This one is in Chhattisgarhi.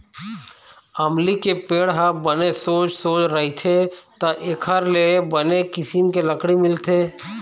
अमली के पेड़ ह बने सोझ सोझ रहिथे त एखर ले बने किसम के लकड़ी मिलथे